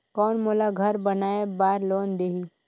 कौन मोला घर बनाय बार लोन देही?